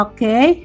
Okay